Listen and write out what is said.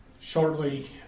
shortly